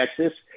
texas